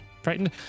frightened